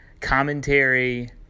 commentary